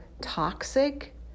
toxic